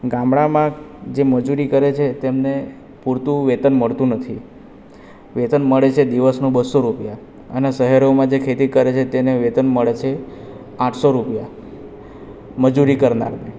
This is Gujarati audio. ગામડામાં જે મજૂરી કરે છે તેમને પૂરતું વેતન મળતું નથી વેતન મળે છે દિવસનું બસો રૂપિયા અને શહેરોમાં જે ખેતી કરે છે તેને વેતન મળે છે આઠસો રૂપિયા મજૂરી કરનારને